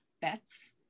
bets